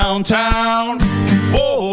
downtown